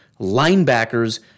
Linebackers